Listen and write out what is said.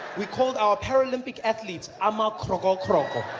we called our paralympic athletes ama kroko kroko.